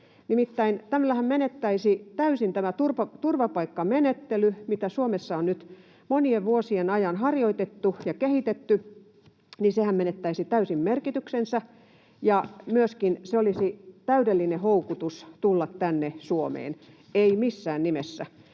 Nimittäin tällähän menetettäisiin täysin tämä turvapaikkamenettely, mitä Suomessa on nyt monien vuosien ajan harjoitettu ja kehitetty. Sehän menettäisi täysin merkityksensä, ja myöskin se olisi täydellinen houkutus tulla tänne Suomeen. Ei missään nimessä.